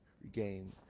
regain